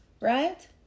Right